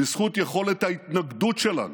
בזכות יכולת ההתנגדות שלנו,